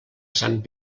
sant